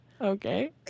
okay